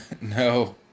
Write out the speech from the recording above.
no